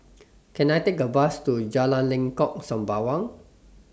Can I Take A Bus to Jalan Lengkok Sembawang